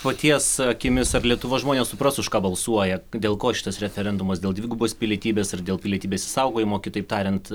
paties akimis ar lietuvos žmonės supras už ką balsuoja dėl ko šitas referendumas dėl dvigubos pilietybės ar dėl pilietybės išsaugojimo kitaip tariant